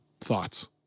thoughts